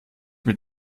mit